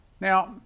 Now